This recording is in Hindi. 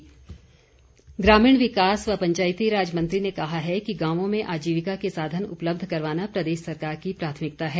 वीरेन्द्र कंवर ग्रामीण विकास व पंचायती राज मंत्री ने कहा कि गांवों में आजीविका के साधन उपलब्ध करवाना प्रदेश सरकार की प्राथमिकता है